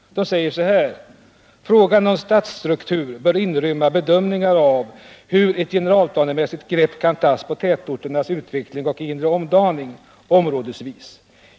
De säger: ”Frågan om stadsstruktur bör inrymma bedömningar av hur ett generalplanemässigt grepp kan tas på tätortens utveckling och inre omdaning, områdesvis.